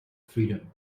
freedom